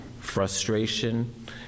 frustration